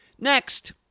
Next